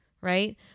right